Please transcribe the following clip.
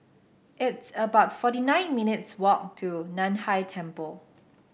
it's about forty nine minutes' walk to Nan Hai Temple